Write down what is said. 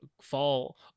fall